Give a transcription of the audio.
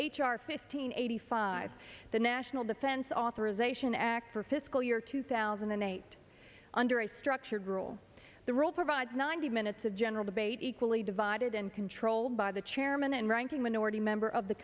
r fifteen eighty five the national defense authorization act for fiscal year two thousand and eight under a structured rule the rule provides ninety minutes of general debate equally divided and controlled by the chairman and ranking minority member of the